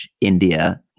India